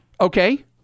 Okay